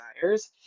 desires